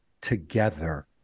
together